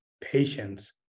patience